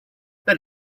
that